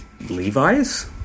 Levi's